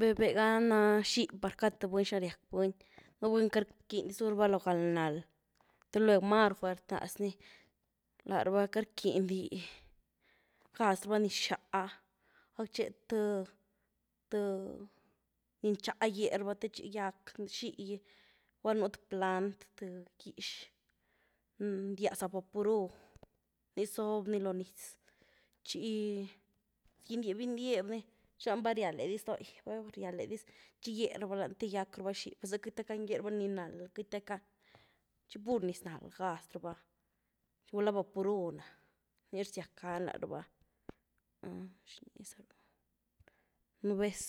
Vé’h-vé’h ga na xí’h par cad tëby buny xina riack buny, nú buny queity rquiny dy zúraba loo gal-nald te lueg máru fuert rnaz ni láraba queity rquiny di gaz raba niz nxáh gaktxe thëby- thëby ni nxá gyéraba te txi gýack xí’h gy, gulá nú th plant th gyëx ni rndya za vaporub, nii zob ni lo niz, txi gyndieb –gyndieb ni, txi lany va rialde diz dogy, va rialde diz txi gyé raba lanio te gyak raba xí’h per zy queity gak gan dy dyé raba ni nald, queity gakgan, txi pur niz nald gaz raba, gulá vaporub na, ni rzyak gani la’raba, ¿xini zarú?, nú vez